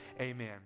Amen